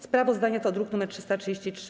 Sprawozdanie to druk nr 333.